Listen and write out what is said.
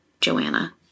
Joanna